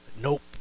nope